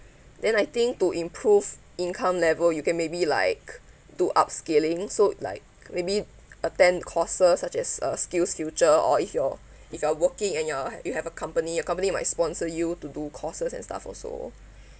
then I think to improve income level you can maybe like do up skilling so like maybe attend courses such as uh skillsfuture or if you're if you're working and your you have a company your company might sponsor you to do courses and stuff also